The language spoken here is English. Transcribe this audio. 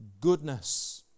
goodness